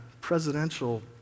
presidential